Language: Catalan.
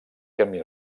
camí